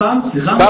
אני